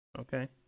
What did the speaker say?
Okay